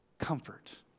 comfort